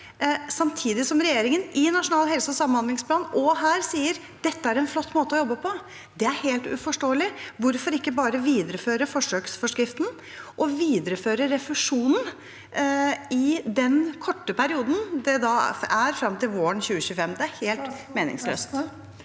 samtidig som regjeringen her og i Nasjonal helse- og samhandlingsplan sier at dette er en flott måte å jobbe på. Det er helt uforståelig. Hvorfor ikke bare videreføre forsøksforskriften og videreføre refusjonen i den korte perioden frem til våren 2025? Det er helt meningsløst.